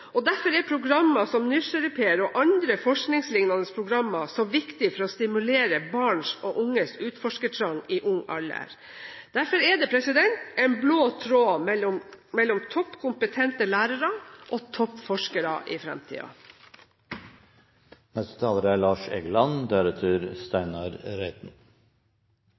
Derfor er programmer som Nysgjerrigper og andre forskningslignende programmer så viktige for å stimulere barn og unges utforskertrang i ung alder. Derfor er det en blå tråd mellom toppkompetente lærere og toppforskere i fremtiden. Grunnleggende for forskning er